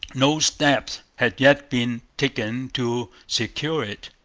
no steps had yet been taken to secure it.